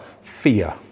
fear